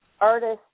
artists